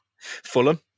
Fulham